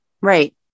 Right